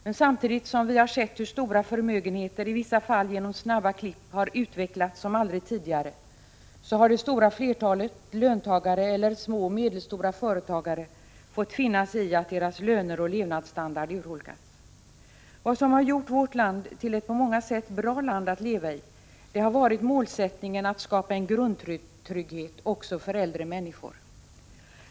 Men samtidigt som vi sett hur stora förmögenheter, i vissa fall genom snabba klipp, har utvecklats som aldrig tidigare har det stora flertalet löntagare och små och medelstora företagare fått finna sig i att deras löner och levnadsstandard urholkats. Vad som har gjort vårt land till ett på många sätt bra land att leva i har varit målsättningen att skapa en grundtrygghet också för äldre människor.